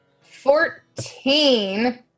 fourteen